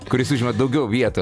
kuris užima daugiau vietos